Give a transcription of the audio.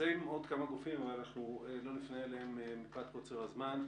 נמצאים עוד כמה גופים אבל אנחנו לא נפנה אליהם מפאת קוצר הזמן.